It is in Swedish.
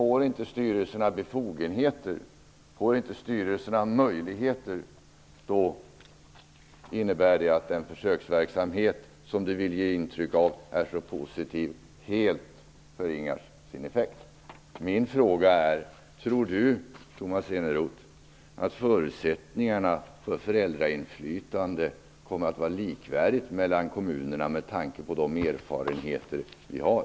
Om inte styrelserna får befogenheter och möjligheter innebär det att den försöksverksamhet, som Tomas Eneroth vill ge intryck av som så positiv, helt mister sin effekt. Min fråga är: Tror Tomas Eneroth att förutsättningarna för föräldrainflytande kommer att vara likvärdiga mellan kommunerna, med tanke på de erfarenheter vi har?